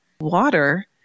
Water